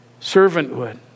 Servanthood